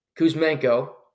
Kuzmenko